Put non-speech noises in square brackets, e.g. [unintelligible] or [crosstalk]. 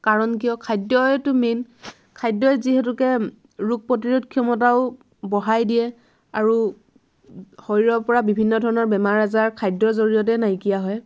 কাৰণ কিয় খাদ্যইটো মেইন খাদ্যই যিহেতুকে ৰোগ প্ৰতিৰোধ ক্ষমতাও বঢ়াই দিয়ে আৰু [unintelligible] শৰীৰৰ পৰা বিভিন্ন ধৰণৰ বেমাৰ আজাৰ খাদ্যৰ জৰিয়তে নাইকিয়া হয়